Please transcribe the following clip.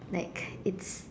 like it's